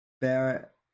Barrett